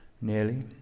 nearly